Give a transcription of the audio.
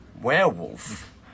Werewolf